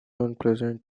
unpleasant